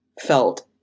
felt